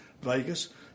Vegas